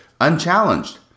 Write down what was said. unchallenged